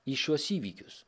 į šiuos įvykius